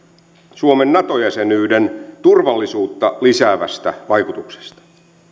suomen nato jäsenyyden turvallisuutta lisäävästä vaikutuksesta